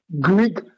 Greek